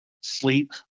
sleep